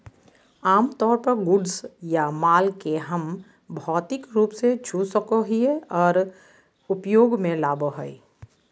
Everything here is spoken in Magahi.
आमतौर पर गुड्स या माल के हम भौतिक रूप से छू सको हियै आर उपयोग मे लाबो हय